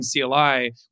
CLI